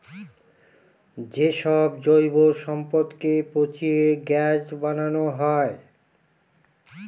যে সব জৈব সম্পদকে পচিয়ে গ্যাস বানানো হয়